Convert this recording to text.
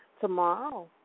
tomorrow